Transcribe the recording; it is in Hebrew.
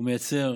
ומייצר